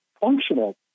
functional